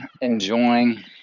Enjoying